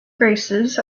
graces